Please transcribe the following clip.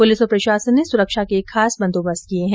police और प्रशासन ने सुरक्षा के खास बंदोबस्त किए हैं